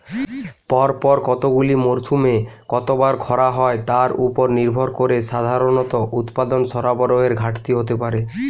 পরপর কতগুলি মরসুমে কতবার খরা হয় তার উপর নির্ভর করে সাধারণত উৎপাদন সরবরাহের ঘাটতি হতে পারে